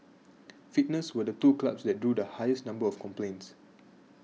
fitness were the two clubs that drew the highest number of complaints